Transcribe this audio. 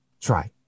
try